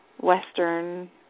western